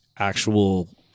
actual